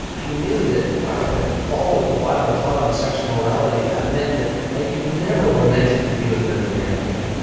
i knew that if i were to follow what the bible taught on sexual morality that meant that i could never romantically be with another man again.